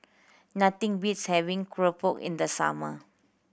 nothing beats having keropok in the summer